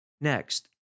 Next